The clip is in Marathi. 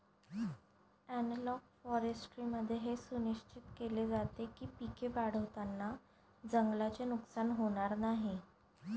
ॲनालॉग फॉरेस्ट्रीमध्ये हे सुनिश्चित केले जाते की पिके वाढवताना जंगलाचे नुकसान होणार नाही